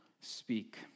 speak